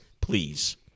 please